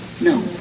No